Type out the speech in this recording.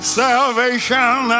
salvation